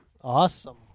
Awesome